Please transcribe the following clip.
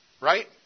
right